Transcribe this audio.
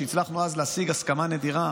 שהצלחנו להשיג עליה הסכמה נדירה